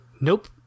Nope